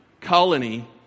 colony